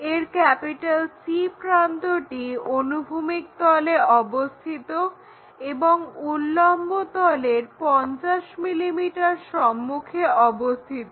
এর C প্রান্তটি অনুভূমিক তলে অবস্থিত এবং উল্লম্বতলের 50 mm সম্মুখে অবস্থিত